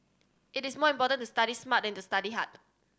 it is more important to study smart than to study hard